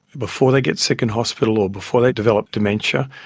before they get sick in hospital or before they develop dementia.